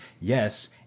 Yes